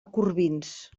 corbins